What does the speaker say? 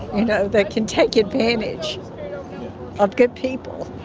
you know, that can take advantage of good people.